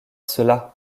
cela